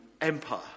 Empire